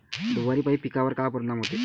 धुवारापाई पिकावर का परीनाम होते?